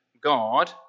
God